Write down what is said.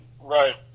Right